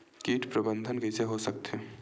कीट प्रबंधन कइसे हो सकथे?